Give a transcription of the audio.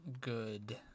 good